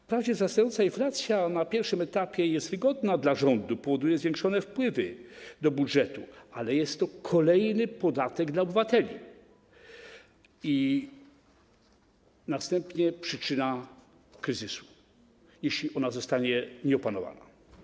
Wprawdzie wzrastająca inflacja w trakcie pierwszego etapu jest wygodna dla rządu - powoduje zwiększone wpływy do budżetu - ale jest to kolejny podatek dla obywateli i następnie przyczyna kryzysu, jeśli ona zostanie nieopanowana.